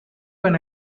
when